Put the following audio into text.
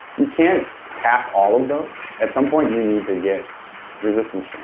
you can't hack all of those at some point you need to get resistance training.